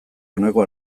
honako